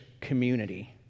community